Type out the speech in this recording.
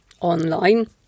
online